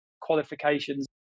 qualifications